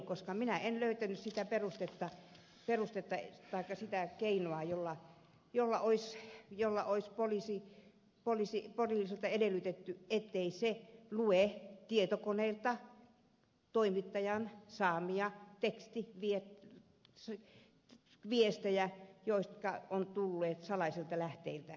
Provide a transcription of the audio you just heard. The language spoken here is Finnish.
koska minä en löytänyt perustetta taikka keinoa jolla olisi poliisilta edellytetty ettei se lue tietokoneelta toimittajan saamia viestejä jotka ovat tulleet salaisilta lähteiltä